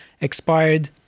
expired